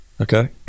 okay